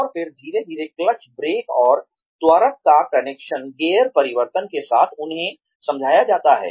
और फिर धीरे धीरे क्लच ब्रेक और त्वरक का कनेक्शन गियर परिवर्तन के साथ उन्हें समझाया जाता है